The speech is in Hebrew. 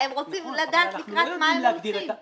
אם לא, אנחנו נדבר על זה שוב.